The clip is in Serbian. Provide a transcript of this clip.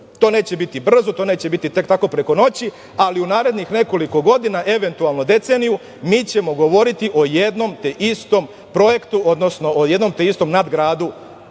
neće biti brzo, te neće biti tek tako preko noći, ali u narednih nekoliko godina, eventualno deceniju, mi ćemo govoriti o jednom te istom projektu, odnosno o jednom te istom nadgradu,